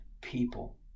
people